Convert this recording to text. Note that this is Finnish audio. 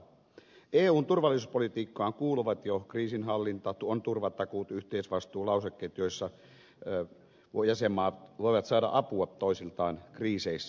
eun turvallisuuspolitiikkaan kuuluvat jo kriisinhallinta on turvatakuut yhteisvastuulausekkeet joiden perusteella jäsenmaat voivat saada apua toisiltaan kriiseissä